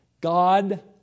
God